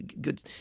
good